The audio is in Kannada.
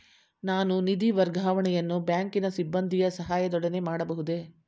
ನಾನು ನಿಧಿ ವರ್ಗಾವಣೆಯನ್ನು ಬ್ಯಾಂಕಿನ ಸಿಬ್ಬಂದಿಯ ಸಹಾಯದೊಡನೆ ಮಾಡಬಹುದೇ?